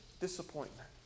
disappointment